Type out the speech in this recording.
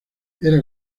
era